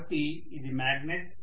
కాబట్టి ఇది మ్యాగ్నెట్